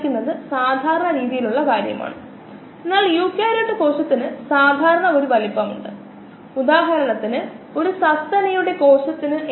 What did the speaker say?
ഇത് പ്രതികരണങ്ങളുടെ ഒരു പ്രധാന കൂട്ടമായതിനാൽ കോശത്തിൽ നടക്കുന്ന പ്രധാന മെറ്റബോളിക് പാത കോശങ്ങളിലെ മറ്റ് മെറ്റബോളിക് മാർഗങ്ങളിലൂടെ ഉപയോഗപ്പെടുത്താൻ കഴിയുന്ന മറ്റ് നിരവധി സബ്സ്ട്രേറ്റുകൾ ഉണ്ട്